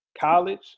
college